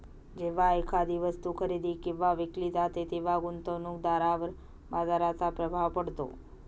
जेव्हा एखादी वस्तू खरेदी किंवा विकली जाते तेव्हा गुंतवणूकदारावर बाजाराचा प्रभाव पडतो